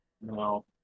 No